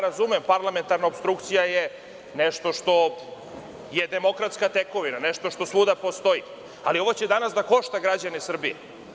Razumem, parlamentarna opstrukcija je nešto što je demokratska tekovina, nešto što svuda postoji, ali ovo će danas da košta građane Srbije.